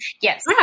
Yes